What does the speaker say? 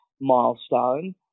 milestone